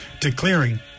declaring